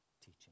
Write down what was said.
teaching